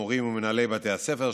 המורים ומנהלי בתי הספר,